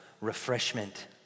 refreshment